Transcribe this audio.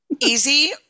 Easy